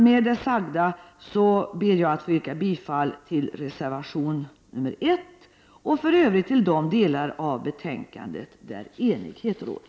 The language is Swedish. Med detta yrkar jag bifall till reservation 1 i betänkande nr 16 och till de delar av hemställan där enighet råder.